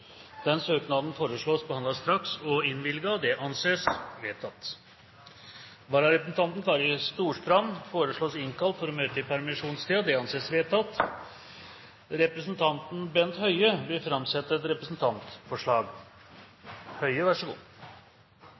Vararepresentanten, Kari Storstrand, innkalles for å møte i permisjonstiden. Representanten Bent Høie vil framsette et representantforslag.